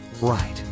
right